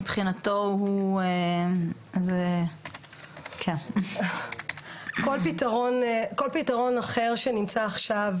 מבחינתו זה --- כל פתרון שנמצא עכשיו